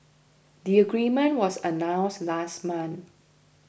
the agreement was announced last month